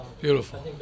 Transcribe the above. Beautiful